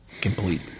complete